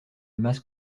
masse